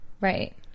Right